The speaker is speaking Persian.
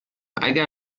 اگر